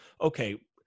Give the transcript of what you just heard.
okay